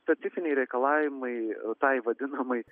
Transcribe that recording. specifiniai reikalavimai tai vadinamai